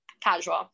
Casual